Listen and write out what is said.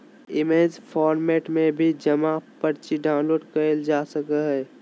image format में भी जमा पर्ची डाउनलोड करल जा सकय हय